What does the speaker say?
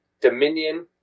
Dominion